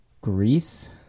Greece